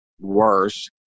worse